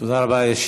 תודה רבה.